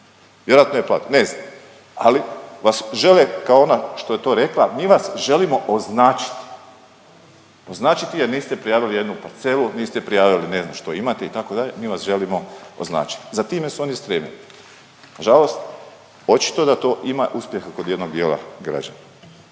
Vjerojatno je platio, ne znam. Ali vas žele kao ona što je to rekla mi vas želimo označiti, označiti jer niste prijavili jednu parcelu, niste prijavili ne znam što imate itd. Mi vas želimo označiti. Za time su oni spremni. Na žalost očito da to ima uspjeha kod jednog dijela građana.